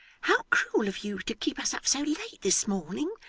how cruel of you to keep us up so late this morning,